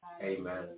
Amen